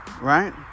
right